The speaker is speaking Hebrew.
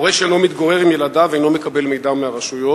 הורה שאינו מתגורר עם ילדיו אינו מקבל מידע מהרשויות.